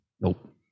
Nope